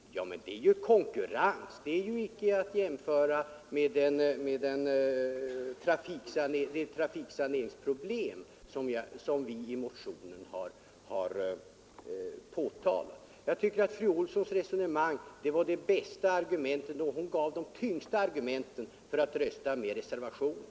Ja, men det är ju en konkurrensfråga, icke att jämföra med det trafiksaneringsproblem som vi i motionen har påtalat. Jag tycker att fru Olssons resonemang gav de tyngsta argumenten för att rösta för reservationen.